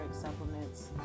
supplements